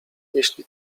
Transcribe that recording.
jeśli